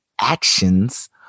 actions